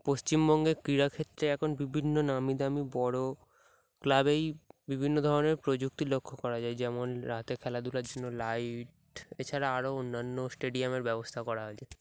পশ্চিমবঙ্গে ক্রীড়া ক্ষেত্রে এখন বিভিন্ন নামী দামি বড়ো ক্লাবেই বিভিন্ন ধরনের প্রযুক্তি লক্ষ্য করা যায় যেমন রাতে খেলাধুলার জন্য লাইট এ ছাড়া আরও অন্যান্য স্টেডিয়ামের ব্যবস্থা করা হয়েছে